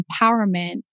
empowerment